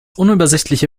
unübersichtliche